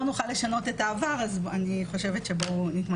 זה לא שייך לתקופתי, אז מהרגע שאני לצערי בתפקיד